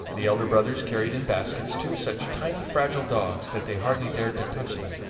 the elder brothers carried in baskets two such tiny, fragile dogs that they hardly dared to touch them.